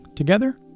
Together